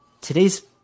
today's